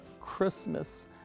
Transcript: Christmas